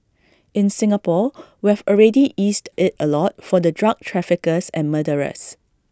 in Singapore we've already eased IT A lot for the drug traffickers and murderers